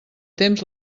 temps